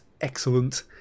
excellent